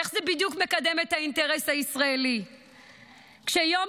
איך זה בדיוק מקדם את האינטרס הישראלי, כשיום-יום,